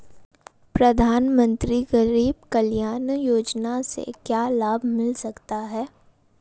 प्रधानमंत्री गरीब कल्याण योजना से क्या लाभ मिल सकता है?